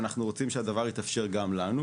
אנחנו רוצים שהדבר יתאפשר גם לנו,